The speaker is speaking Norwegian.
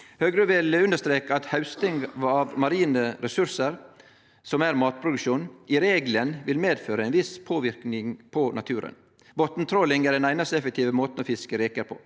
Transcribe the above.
til slutt understreke at hausting av marine resursar, som er matproduksjon, i regelen vil medføre ein viss påverknad på naturen. Botntråling er den einaste effektive måten å fiske reker på.